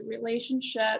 relationship